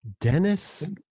Dennis